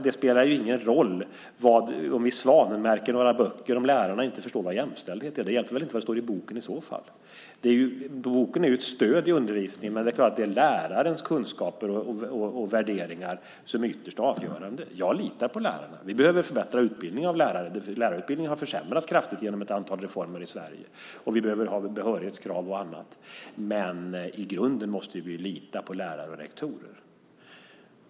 Det spelar väl ingen roll om vi svanmärker några böcker om lärarna inte förstår vad jämställdhet är. I så fall hjälper det väl inte vad som står i boken. Boken är ett stöd i undervisningen, men det är naturligtvis lärarens kunskaper och värderingar som ytterst är avgörande. Jag litar på lärarna. Vi behöver förbättra utbildningen av lärarna. Lärarutbildningen har försämrats kraftigt i Sverige genom ett antal reformer. Vi behöver ha behörighetskrav och annat. Men i grunden måste vi lita på lärare och rektorer.